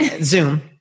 Zoom